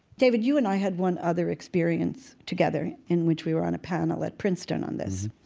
david, you and i had one other experience together in which we were on a panel at princeton on this.